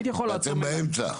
תעצור באמצע.